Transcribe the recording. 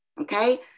okay